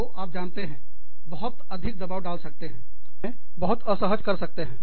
तो आप जानते हैं बहुत अधिक दबाव डाल सकते हैं हमें बहुत असहज कर सकते हैं